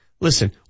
listen